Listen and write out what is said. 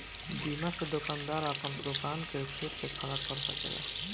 बीमा से दोकानदार आपन दोकान के फेर से खड़ा कर सकेला